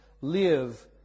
live